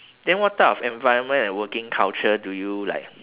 then what type of environment and working culture do you like